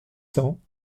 cents